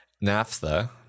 Naphtha